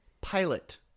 pilot